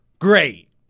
Great